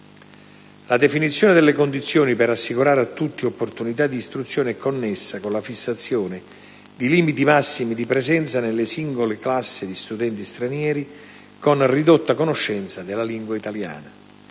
La definizione delle condizioni per assicurare a tutti opportunità di istruzione è connessa con la fissazione di limiti massimi di presenza nelle singole classi di studenti stranieri con ridotta conoscenza della lingua italiana.